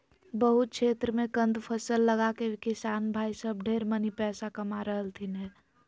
बहुत क्षेत्र मे कंद फसल लगाके किसान भाई सब ढेर मनी पैसा कमा रहलथिन हें